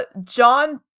John